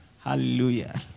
Hallelujah